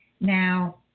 Now